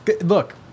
look